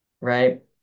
right